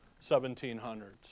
1700s